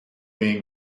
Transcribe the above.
being